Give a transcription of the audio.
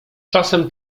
czasem